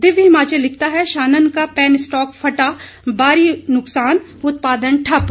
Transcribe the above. दिव्य हिमाचल लिखता है शानन का पैनस्टाक फटा भारी नुकसान उत्पादन ठप्प